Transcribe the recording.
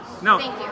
No